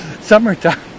summertime